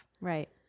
Right